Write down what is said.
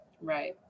Right